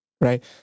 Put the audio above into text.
right